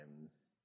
times